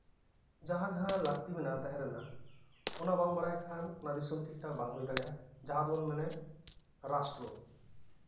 ᱡᱟᱦᱟᱸ ᱡᱟᱦᱟᱸ ᱞᱟᱹᱠᱛᱤ ᱢᱮᱱᱟᱜᱼᱟ ᱛᱟᱦᱮᱸ ᱨᱮᱱᱟᱜ ᱚᱱᱟ ᱵᱟᱢ ᱵᱟᱲᱟᱭ ᱠᱷᱟᱱ ᱚᱱᱟ ᱫᱤᱚᱥᱚᱢ ᱴᱷᱤᱠ ᱴᱷᱟᱠ ᱵᱟᱝ ᱦᱳᱭ ᱫᱟᱲᱮᱭᱟᱜ ᱡᱟᱦᱟᱸ ᱫᱚᱵᱚᱱ ᱢᱮᱱᱮᱫ ᱨᱟᱥᱴᱨᱚ